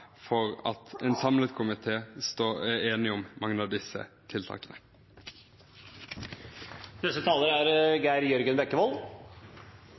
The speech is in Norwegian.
for at en samlet komité er enig om mange av disse